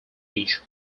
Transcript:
age